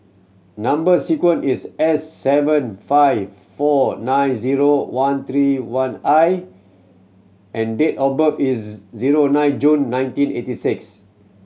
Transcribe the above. number sequence is S seven five four nine zero one three one I and date of birth is zero nine June nineteen eighty six